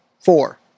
four